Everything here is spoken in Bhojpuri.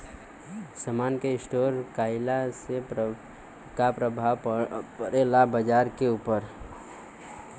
समान के स्टोर काइला से का प्रभाव परे ला बाजार के ऊपर?